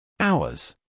Hours